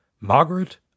Margaret